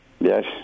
Yes